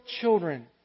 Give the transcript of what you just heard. children